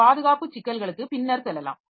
இந்த பாதுகாப்பு சிக்கல்களுக்கு பின்னர் செல்லலாம்